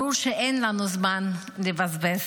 ברור שאין לנו זמן לבזבז.